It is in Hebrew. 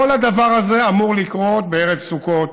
כל הדבר הזה אמור לקרות בערב סוכות.